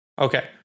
Okay